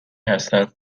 هستند